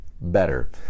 better